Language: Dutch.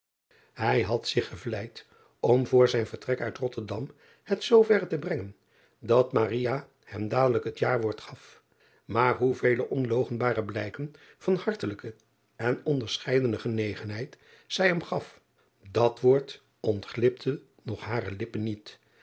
ij had zich gevleid om voor zijn vertrek uit otterdam het zoo verre te brengen dat hem dadelijk het jawoord gas maar hoevele onloochenbare blijken van hartelijke en onderscheidende genegenheid zij hem gas dat woord ontalipte nog hare lippen niet